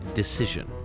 decision